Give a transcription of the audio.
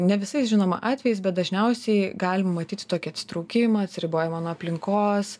ne visais žinoma atvejis bet dažniausiai galim matyti tokį atsitraukimą atsiribojimą nuo aplinkos